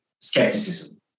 skepticism